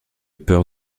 peur